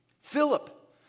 Philip